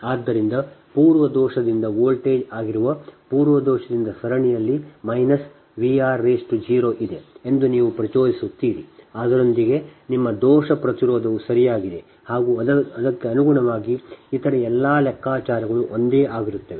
ಆದ್ದರಿಂದ ಪೂರ್ವ ದೋಷದಿಂದ ವೋಲ್ಟೇಜ್ ಆಗಿರುವ ಪೂರ್ವ ದೋಷದಿಂದ ಸರಣಿಯಲ್ಲಿ ಮೈನಸ್ Vr0 ಇದೆ ಎಂದು ನೀವು ಪ್ರಚೋದಿಸುತ್ತೀರಿ ಅದರೊಂದಿಗೆ ನಿಮ್ಮ ದೋಷ ಪ್ರತಿರೋಧವು ಸರಿಯಾಗಿದೆ ಮತ್ತು ಅದಕ್ಕೆ ಅನುಗುಣವಾಗಿ ಇತರ ಎಲ್ಲಾ ಲೆಕ್ಕಾಚಾರಗಳು ಒಂದೇ ಆಗಿರುತ್ತವೆ